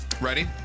Ready